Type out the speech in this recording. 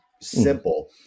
simple